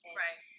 right